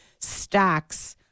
stacks